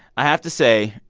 i have to say,